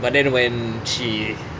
but then when she